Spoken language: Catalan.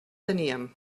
teníem